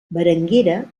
berenguera